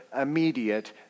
immediate